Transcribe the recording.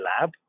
Lab